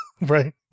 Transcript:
right